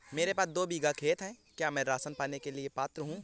मेरे पास दो बीघा खेत है क्या मैं राशन पाने के लिए पात्र हूँ?